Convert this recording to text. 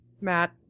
Matt